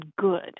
good